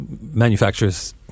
manufacturer's